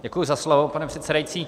Děkuji za slovo, pane předsedající.